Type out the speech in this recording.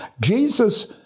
Jesus